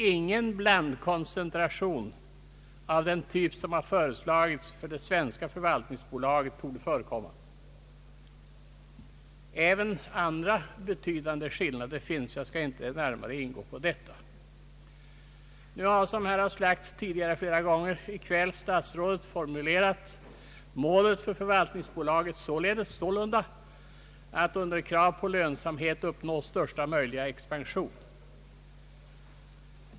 Ingen blandkonstruktion av den typ som föreslagits för det svenska förvaltningsbolaget torde förekomma. Även andra betydande skillnader finns, men jag skall inte närmare gå in på detta. Nu har — som det har sagts flera gånger tidigare i dag — statsrådet formulerat målet för förvaltningsbolaget sålunda: att under krav på lönsamhet uppnå största möjliga expansion.